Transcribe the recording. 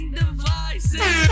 devices